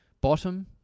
Bottom